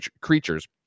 creatures